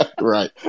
Right